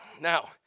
Now